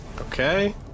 Okay